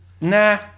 nah